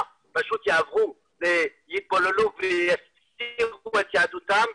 פשוט יעברו ויתבוללו ויסירו את יהדותם,